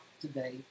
today